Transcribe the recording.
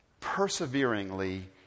perseveringly